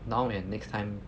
now and next time